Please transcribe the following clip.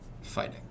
fighting